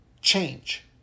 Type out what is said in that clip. change